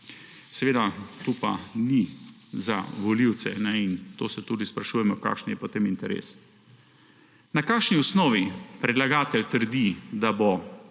nekako«. To pa ni za volivce in zato se tudi sprašujemo, kakšen je potem interes. Na kakšni osnovi predlagatelj trdi, da bo